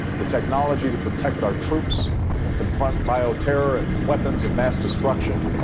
the technology to protect our troops and confront bioterror and weapons of mass destruction,